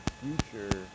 future